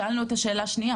שאלנו את השאלה השנייה,